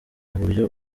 uburyo